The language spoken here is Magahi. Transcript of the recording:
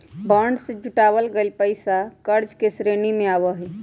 बांड से जुटावल गइल पैसा कर्ज के श्रेणी में आवा हई